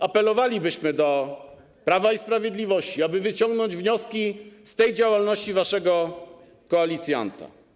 Apelowalibyśmy do Prawa i Sprawiedliwości, aby wyciągnąć wnioski z tej działalności waszego koalicjanta.